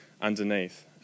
underneath